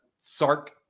Sark